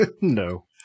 No